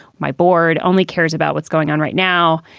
my board only cares about what's going on right now.